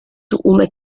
uma